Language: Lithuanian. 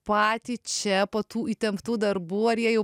patį čia po tų įtemptų darbų ar jie jau